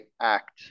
act